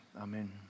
Amen